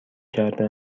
کرده